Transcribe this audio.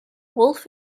wolf